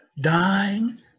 dying